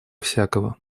всякого